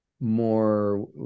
more